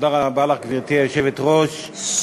גברתי היושבת-ראש,